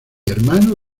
hermano